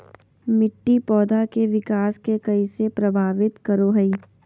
मिट्टी पौधा के विकास के कइसे प्रभावित करो हइ?